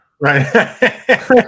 right